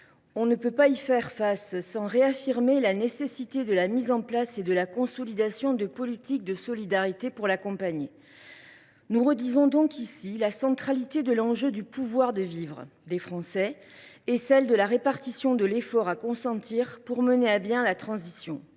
On ne peut y faire face sans réaffirmer la nécessité de mettre en place et de consolider des politiques de solidarité pour accompagner cette transition. Nous redisons donc ici la centralité de l’enjeu du « pouvoir de vivre » des Français, ainsi que celle de la répartition de l’effort à consentir pour mener à bien la transition